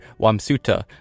Wamsuta